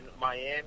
Miami